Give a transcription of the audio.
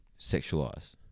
Sexualized